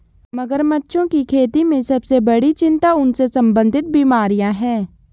मगरमच्छों की खेती में सबसे बड़ी चिंता उनसे संबंधित बीमारियां हैं?